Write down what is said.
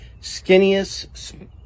skinniest